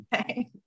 okay